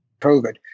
COVID